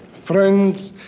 friends,